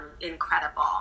incredible